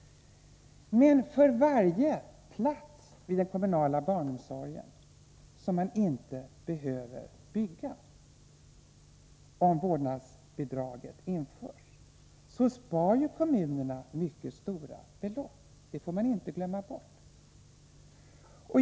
Men för varje plats i den kommunala barnomsorgen som man inte behöver bygga, om vårdnadsbidraget införs, spar ju kommunerna mycket stora belopp — det får man inte glömma bort.